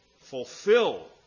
fulfill